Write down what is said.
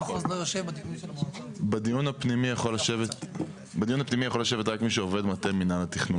בדיון הפנימי יכול לשבת רק מי שעובד מטה מינהל התכנון.